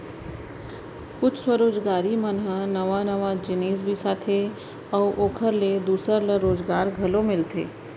कुछ स्वरोजगारी मन ह नवा नवा जिनिस बनाथे अउ ओखर ले दूसर ल रोजगार घलो मिलथे